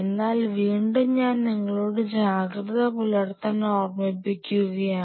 എന്നാൽ വീണ്ടും ഞാൻ നിങ്ങളോട് ജാഗ്രത പുലർത്താൻ ഓർമിപ്പിക്കുകയാണ്